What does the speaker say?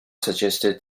suggested